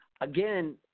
Again